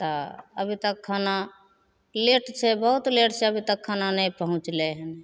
तऽ अभी तक खाना लेट छै बहुत लेट छै अभी तक खाना नहि पहुँचलै हँ